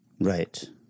Right